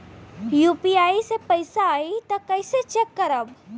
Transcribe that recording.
UPI से पैसा आई त कइसे चेक करब?